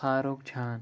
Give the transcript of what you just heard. فاروق چھان